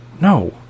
No